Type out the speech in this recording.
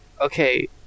Okay